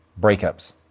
breakups